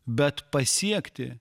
bet pasiekti